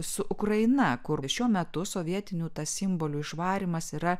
su ukraina kur šiuo metu sovietinių tas simbolių išvarymas yra